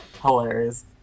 Hilarious